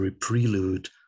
prelude